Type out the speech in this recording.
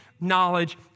knowledge